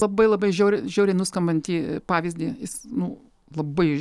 labai labai žiauriai žiauriai nuskambantį pavyzdį jis nu labai